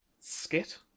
skit